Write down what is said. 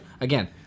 again